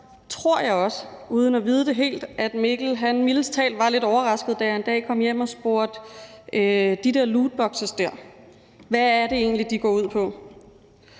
tror jeg også, uden at vide det helt, at Mikkel mildest talt var lidt overrasket, da jeg en dag kom hjem og spurgte: De der lootbokse – hvad er det egentlig, de går ud på?